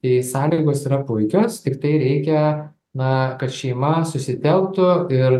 tai sąlygos yra puikios tiktai reikia na kad šeima susitelktų ir